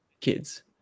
kids